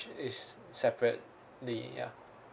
is separately ya